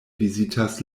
vizitas